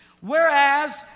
Whereas